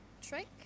trick